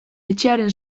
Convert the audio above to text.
etxearen